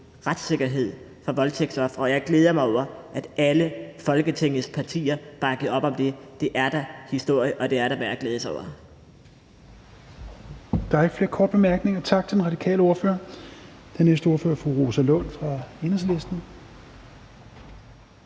retssikkerhed, for voldtægtsofre, og jeg glæder mig over, at alle Folketingets partier bakkede op om det. Det er da historie, og det er da værd at glæde sig over.